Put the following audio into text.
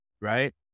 right